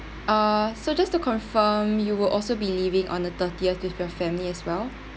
uh so just to confirm you will also be leaving on the thirtieth with your family as well